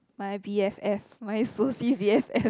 my b_f_f my soci b_f_f